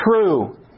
true